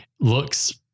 looks